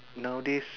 nowadays